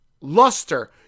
luster